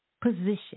position